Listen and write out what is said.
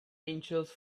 angels